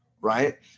right